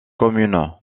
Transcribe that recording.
commune